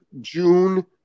June